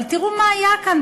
אבל תראו מה היה כאן,